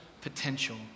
potential